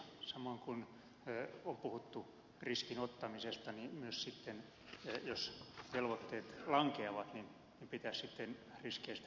samoin kun on puhuttu riskin ottamisesta myös sitten jos velvoitteet lankeavat pitäisi riskeistä vastata